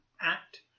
act